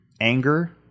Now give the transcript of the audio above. anger